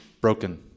Broken